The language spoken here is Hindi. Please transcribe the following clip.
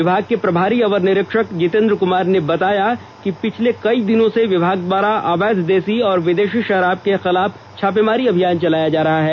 विभाग के प्रभारी अवर निरीक्षक जीतेन्द्र कुमार ने बताया कि पिछले कई दिनों से विभाग द्वारा अवैध देसी और विदेषी शराब के खिलाफ छापेमारी अभियान चलाया जा रहा है